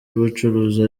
y’ubucuruzi